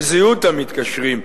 בזהות המתקשרים,